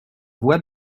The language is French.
voix